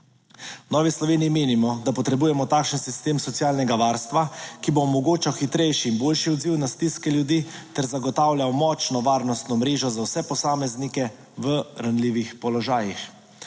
Novi Sloveniji menimo, da potrebujemo takšen sistem socialnega varstva, ki bo omogočal hitrejši in boljši odziv na stiske ljudi ter zagotavljal močno varnostno mrežo za vse posameznike v ranljivih položajih.